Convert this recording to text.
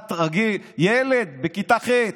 בר-דעת רגיל, ילד בכיתה ח'.